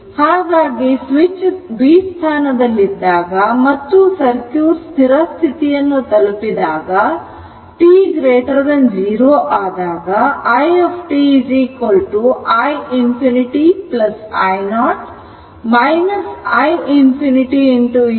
ಹಾಗಾಗಿ switch B ಸ್ಥಾನದಲ್ಲಿದ್ದಾಗ ಮತ್ತು ಸರ್ಕ್ಯೂಟ್ ಸ್ಥಿರ ಸ್ಥಿತಿಯನ್ನು ತಲುಪಿದಾಗ t0 ಆದಾಗ i t i ∞ i0 i ∞ e t tτ ಆಗುತ್ತದೆ